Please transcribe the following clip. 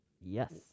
yes